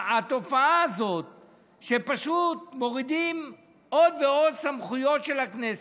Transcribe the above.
התופעה הזאת שפשוט מורידים עוד ועוד סמכויות של הכנסת,